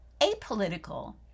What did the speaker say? apolitical